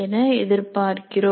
என எதிர்பார்க்கிறோம்